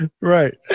right